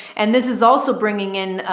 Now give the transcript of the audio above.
and this is also bringing in,